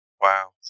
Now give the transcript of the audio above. Wow